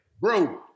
bro